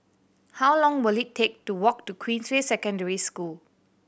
how long will it take to walk to Queensway Secondary School